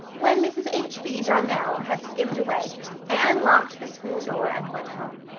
when mrs. h. b. donnell had skimmed away anne locked the school door and went home.